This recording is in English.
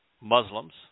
Muslims